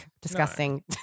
Disgusting